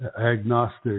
agnostic